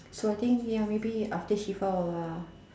so I think ya maybe I think after he found out lah